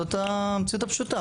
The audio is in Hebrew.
זאת המציאות הפשוטה.